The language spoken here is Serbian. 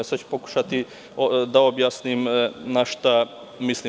Sada ću pokušati da objasnim na šta mislim.